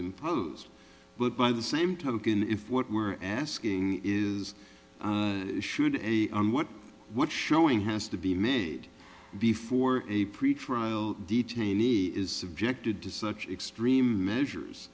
imposed but by the same token if what we're asking is should a and what what showing has to be made before a pretrial detainee is subjected to such extreme measures